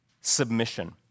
Submission